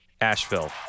Asheville